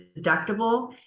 deductible